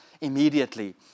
Immediately